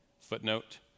Footnote